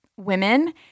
Women